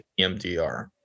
EMDR